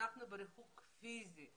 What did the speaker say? אנחנו בריחוק פיזי,